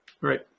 right